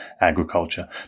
agriculture